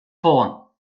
ffôn